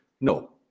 No